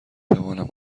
توانم